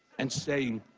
and saying,